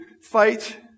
fight